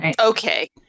Okay